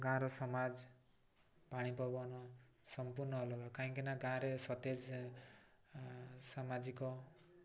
ଗାଁର ସମାଜ ପାଣି ପବନ ସମ୍ପୂର୍ଣ୍ଣ ଅଲଗା କାହିଁକି ନା ଗାଁରେ ସତେଜ ସାମାଜିକ